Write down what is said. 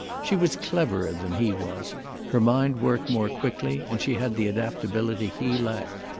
she was cleverer than he was her mind worked more quickly, and she had the adaptability he lacked.